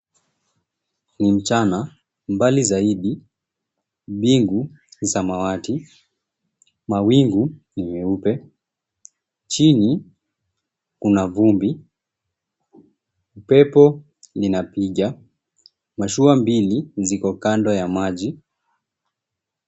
Ni mchana, mbali zaidi, mbingu ni samawati. Mawingu ni meupe. Chini kuna vumbi. Upepo linapiga. Mashua mbili ziko kando ya maji.